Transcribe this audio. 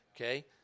okay